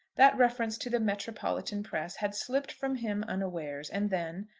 that reference to the metropolitan press had slipt from him unawares and then,